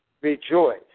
rejoice